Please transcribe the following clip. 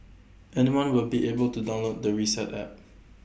anyone will be able to download the reset app